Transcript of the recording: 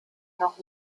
noch